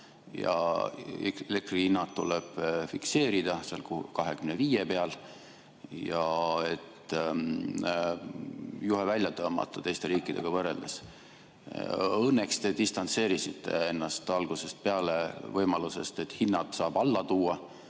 ja elektri hinnad tuleb fikseerida seal 25 euro peal ja juhe välja tõmmata teiste riikidega võrreldes. Õnneks te distantseerisite ennast algusest peale võimalusest, et hinnad saab alla tuua,